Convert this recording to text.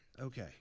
Okay